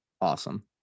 awesome